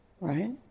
right